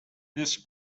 this